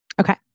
Okay